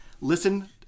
listen